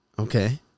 Okay